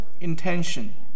intention